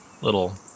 little